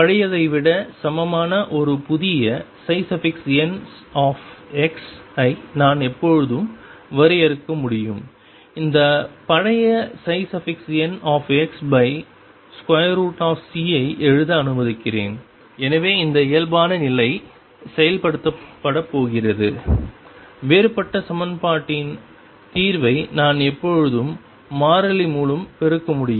பழையதை விட சமமான ஒரு புதிய nஐ நான் எப்போதும் வரையறுக்க முடியும் இந்த பழைய nxC ஐ எழுத அனுமதிக்கிறேன் எனவே இந்த இயல்பான நிலை செயல்படுத்தப்படப்போகிறது வேறுபட்ட சமன்பாட்டின் தீர்வை நான் எப்போதும் மாறிலி மூலம் பெருக்க முடியும்